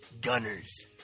gunners